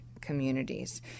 communities